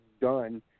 done